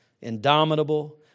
indomitable